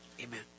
Amen